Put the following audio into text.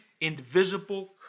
invisible